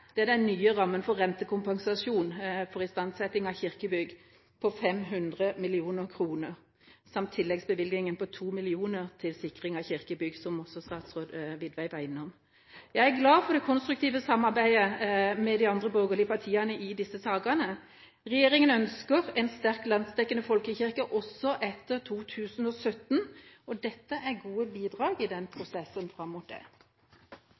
her, er den nye rammen for rentekompensasjon for istandsetting av kirkebygg på 500 mill. kr, samt tilleggsbevilgninga på 2 mill. kr til sikring av kirkebygg, som også statsråd Widvey var innom. Jeg er glad for det konstruktive samarbeidet med de andre borgerlige partiene i disse sakene. Regjeringa ønsker en sterk landsdekkende folkekirke også etter 2017, og dette er gode bidrag i prosessen fram mot det.